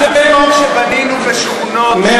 תמיד תזכור שבנינו בשכונות,